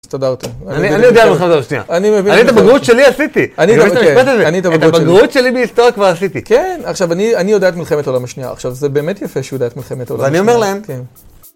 הסתדרתם... אני, אני יודע על מלחמת העולם השנייה. אני את הבגרות שלי עשיתי! את הבגרות שלי בהיסטוריה כבר עשיתי. כן, עכשיו אני יודע את מלחמת העולם השנייה. עכשיו, זה באמת יפה שהוא יודע את מלחמת העולם השנייה. ואני אומר להם... כן.